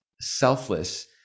selfless